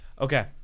Okay